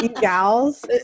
gals